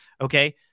okay